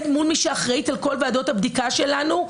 מול מי שאחראית על כל ועדות הבדיקה שלנו,